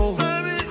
baby